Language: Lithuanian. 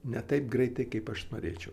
ne taip greitai kaip aš norėčiau